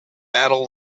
battle